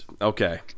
okay